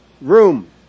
Room